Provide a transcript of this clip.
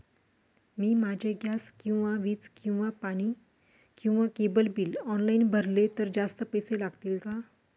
मी माझे गॅस किंवा वीज किंवा पाणी किंवा केबल बिल ऑनलाईन भरले तर जास्त पैसे लागतील का?